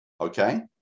okay